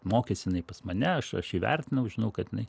mokės jinai pas mane aš aš įvertinau žinau kad jinai